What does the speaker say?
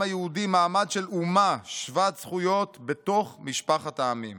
היהודי מעמד של אומה שוות זכויות בתוך משפחת העמים.